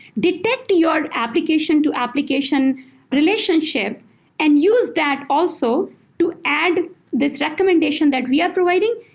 detect your application to application relationship and use that also to add this recommendation that we are providing,